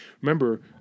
Remember